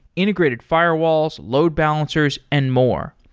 integrated firewalls, load balancers and more.